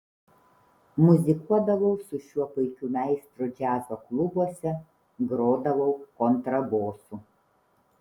muzikuodavau su šiuo puikiu meistru džiazo klubuose grodavau kontrabosu